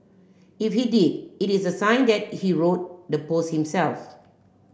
if he did it is a sign that he wrote the post himself